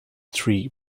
three